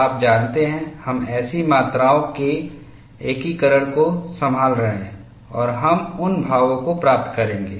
आप जानते हैं हम ऐसी मात्राओं के एकीकरण को संभाल रहे हैं और हम उन भावों को प्राप्त करेंगे